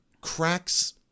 cracks